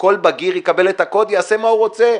כל בגיר יקבל את הקוד, יעשה מה הוא רוצה.